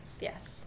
yes